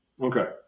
Okay